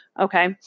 Okay